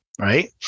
right